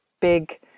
big